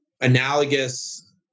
analogous